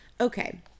okay